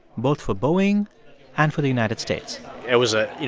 both for boeing and for the united states it was a, you